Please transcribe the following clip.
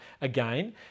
again